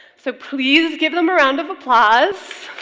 so please give them a round of applause